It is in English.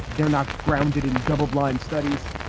they're not grounded in double-blind studies.